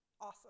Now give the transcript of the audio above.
awesome